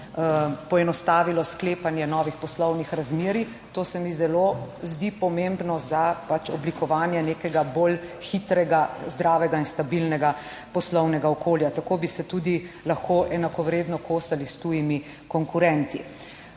poenostavilo sklepanje novih poslovnih razmerij. To se mi zelo zdi pomembno za pač oblikovanje nekega bolj hitrega, zdravega in stabilnega poslovnega okolja. Tako bi se tudi lahko enakovredno kosali s tujimi konkurenti.